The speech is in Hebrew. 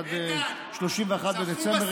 עד 31 בדצמבר,